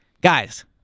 Guys